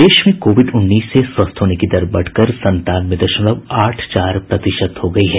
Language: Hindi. प्रदेश में कोविड उन्नीस से स्वस्थ होने की दर बढ़कर संतानवे दशमलव आठ चार प्रतिशत हो गई है